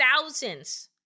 thousands